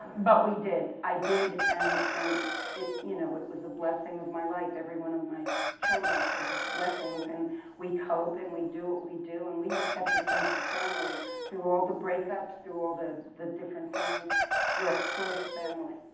but we did. i did, and and it you know it was a blessing of my life. every one of my children are just blessings. and we cope and we do what we do, and we have kept a sense of family through all the breakups, through all the the different things we're a close family.